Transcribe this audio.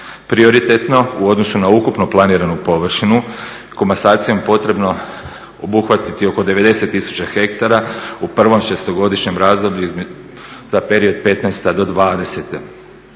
Prioritetno u odnosu na ukupno planiranu površinu komasacijom potrebno obuhvatiti oko 90 tisuća hektara, u prvom 6-godišnjem razdoblju za period '15.-'20.